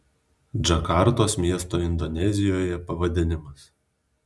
džakartos miesto indonezijoje pavadinimas